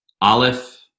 Aleph